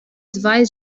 zwei